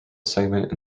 segment